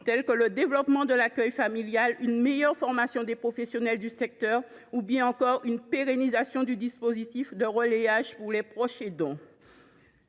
telles que le développement de l’accueil familial, une meilleure formation des professionnels du secteur ou encore une pérennisation du dispositif de relayage pour les proches aidants.